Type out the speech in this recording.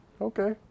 Okay